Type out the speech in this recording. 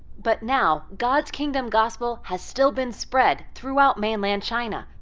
but now, god's kingdom gospel has still been spread throughout mainland china,